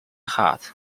heart